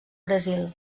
brasil